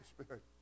Spirit